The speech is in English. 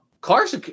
Cars